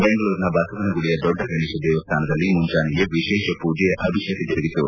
ಬೆಂಗಳೂರಿನ ಬಸವನಗುಡಿಯ ದೊಡ್ಡ ಗಣೇಶ ದೇವಸ್ಥಾನದಲ್ಲಿ ಮುಂಜಾನೆಯೇ ವಿಶೇಷ ಮೂಜೆ ಅಭಿಷೇಕ ಜರುಗಿತು